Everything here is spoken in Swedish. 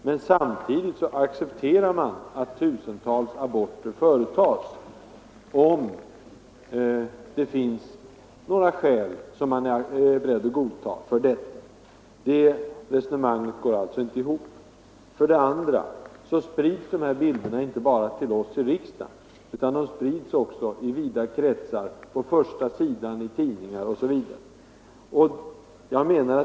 Men samtidigt accepterar man att tusentals aborter företas, om det finns skäl som man är beredd att godta. Resonemanget går alltså inte ihop. 2. Dessa bilder sprids inte bara till oss i riksdagen, utan de sprids i vida kretsar, publiceras på förstasidorna i tidningar, osv.